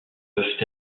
peuvent